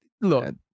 look